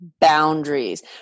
boundaries